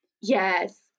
Yes